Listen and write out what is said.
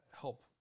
help